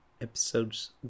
episodes